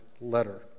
letter